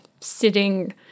sitting